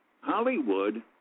Hollywood